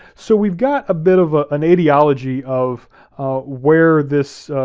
so we've got a bit of ah an etiology of where this